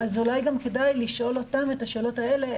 אולי כדאי לשאול אותם גם את השאלות האלה,